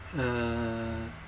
uh